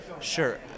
Sure